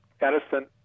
Edison